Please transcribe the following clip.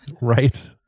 Right